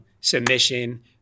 submission